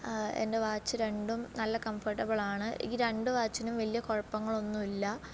എൻ്റെ വാച്ച് രണ്ടും നല്ല കംഫോർട്ടബിൾ ആണ് ഈ രണ്ട് വാച്ചിനും വലിയ കുഴപ്പങ്ങളൊന്നും ഇല്ല